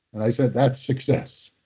and i said, that's success.